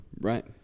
right